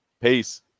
peace